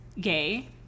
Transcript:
gay